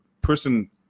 person